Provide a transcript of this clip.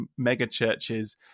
megachurches